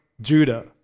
Judah